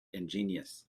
ingenious